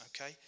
Okay